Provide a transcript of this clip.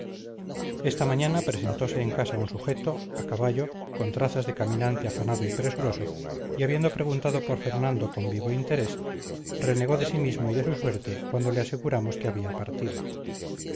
esta mañana presentose en casa un sujeto a caballo con trazas de caminante afanado y presuroso y habiendo preguntado por fernando con vivo interés renegó de sí mismo y de su suerte cuando le aseguramos que había partido